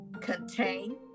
contain